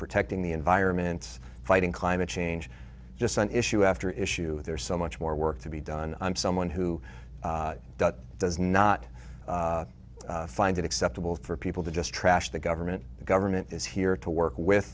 protecting the environment fighting climate change just on issue after issue there's so much more work to be done i'm someone who does not find it acceptable for people to just trash the government the government is here to work with